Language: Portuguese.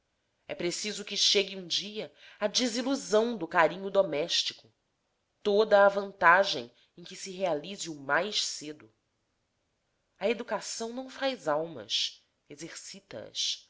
é preciso que chegue um dia a desilusão do carinho doméstico toda a vantagem em que se realize o mais cedo a educação não faz almas exercita as